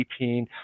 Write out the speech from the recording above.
18